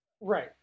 Right